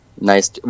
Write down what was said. Nice